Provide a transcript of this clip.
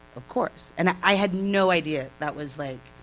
of course and i had no idea that was like